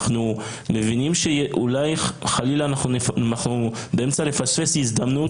אנחנו מבינים שאולי חלילה אנחנו באמצע לפספס הזדמנות